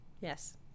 Yes